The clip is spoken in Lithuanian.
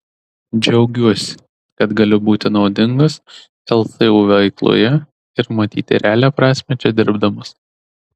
džiaugiuosi kad galiu būti naudingas lsu veikloje ir matyti realią prasmę čia dirbdamas